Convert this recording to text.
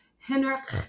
Henrik